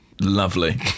Lovely